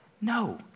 No